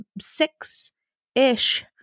six-ish